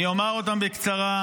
אני אומר אותן בקצרה.